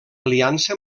aliança